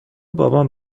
بابام